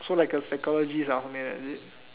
so like a psychologist something like that is it